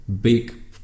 big